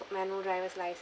manual driver license